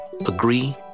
agree